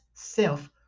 self